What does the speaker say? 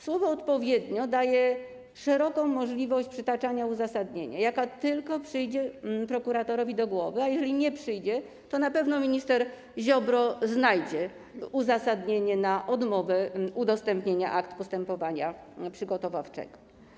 Słowo „odpowiednio” daje szeroką możliwość przytaczania uzasadnienia, jakie tylko przyjdzie prokuratorowi do głowy, a jeżeli nie przyjdzie, to na pewno minister Ziobro znajdzie uzasadnienie odmowy udostępnienia akt postępowania przygotowawczego.